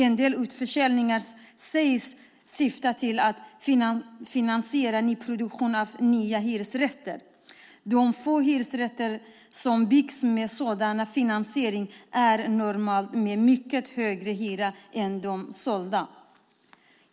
En del utförsäljningar sägs syfta till att finansiera nyproduktion av nya hyresrätter. De få hyresrätter som byggs med sådan finansiering är normalt med mycket högre hyra än de sålda.